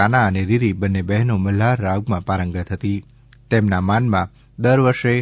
તાના અને રીરી બંને બહેનો મલ્હાર રાગમાં પારંગત હતી તેમના માનમાં દર વર્ષે